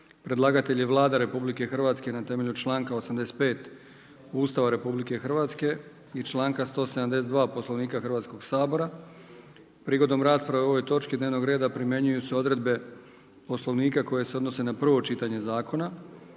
Predlagatelj je Vlada RH na temelju članka 85. Ustava RH i članka 172. u svezi sa člankom 190. Poslovnika Hrvatskog sabora. Prigodom rasprave o ovoj točki dnevnog reda primjenjuju se odredbe Poslovnika koje se odnose na drugo čitanje zakona.